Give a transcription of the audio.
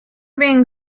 being